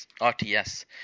RTS